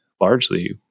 largely